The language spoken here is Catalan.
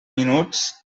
minuts